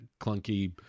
clunky